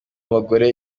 abagore